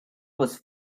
was